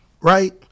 right